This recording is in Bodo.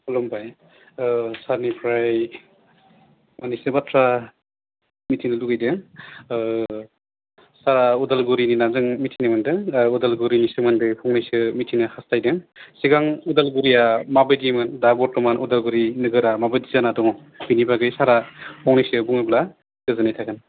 खुलुमबाय सारनिफ्राय मोननैसो बाथ्रा मिथिनो लुगैदों सारा उदालगुरिनि होनना जों मिथिनो मोनदों दा उदालगुरिनि सोमोनदै फंनैसो मिथिनो हास्थायदों सिगां उदालगुरिया माबायदिमोन दा बरथमान उदालगुरि नोगोरा माबायदि जाना दङ बेनि बागै सारा फंनैसो बुङोब्ला गोजोननाय थागोन